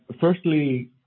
Firstly